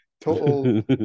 Total